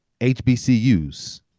HBCUs